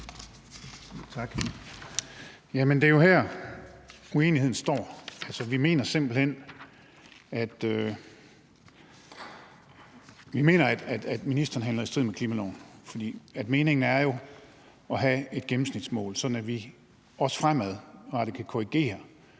Det er jo heri, uenigheden består. Vi mener simpelt hen, at ministeren handler i strid med klimaloven, for meningen er jo at have et gennemsnitsmål, sådan at vi også fremadrettet kan korrigere